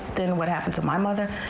then what happened to my mother